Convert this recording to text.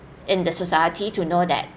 in the society to know that